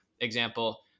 example